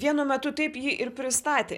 vienu metu taip jį ir pristatė